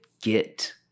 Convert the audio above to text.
get